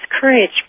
courage